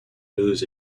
moves